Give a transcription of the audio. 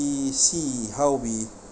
busy how we